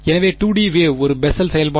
எனவே 2 D wave ஒரு Bessel செயல்பாடு